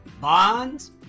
Bonds